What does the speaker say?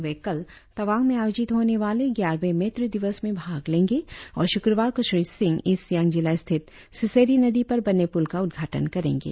वे कल तवांग में आयोजित होने वाले ग्यारहवें मैत्री दिवस में भाग लेंगे और शुक्रवार को श्री सिंह ईस्ट सियांग जिला स्थित सिस्सेड़ी नदी पर बने पुल का उद्घाटन करेंगे